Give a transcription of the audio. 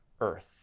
earth